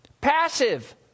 Passive